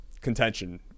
contention